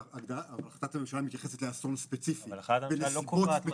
אבל החלטת הממשלה מתייחסת לאסון ספציפי בנסיבות ספציפיות.